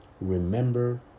remember